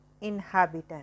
inhabitant